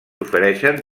ofereixen